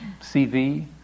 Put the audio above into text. CV